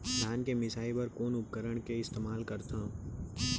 धान के मिसाई बर कोन उपकरण के इस्तेमाल करहव?